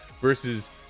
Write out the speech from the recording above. versus